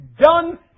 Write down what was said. done